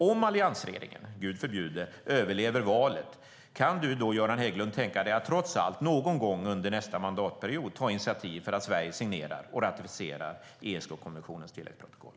Om alliansregeringen - Gud förbjude - överlever valet, kan du, Göran Hägglund, då tänka dig att trots allt någon gång under nästa mandatperiod ta initiativ till att Sverige signerar och ratificerar ESK-konventionens tilläggsprotokoll?